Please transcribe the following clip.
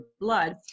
blood